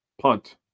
punt